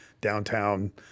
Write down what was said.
downtown